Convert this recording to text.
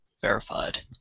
Verified